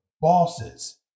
bosses